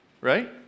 right